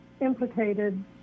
implicated